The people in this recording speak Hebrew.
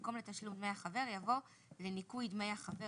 במקום "לתשלום דמי החבר" יבוא "לניכוי דמי החבר